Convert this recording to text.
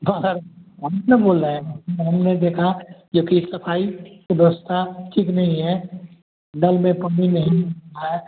और हम क्या बोल रहे हैं फिर हमने देखा जोकि सफाई की व्यवस्था ठीक नहीं है नल में पानी नहीं है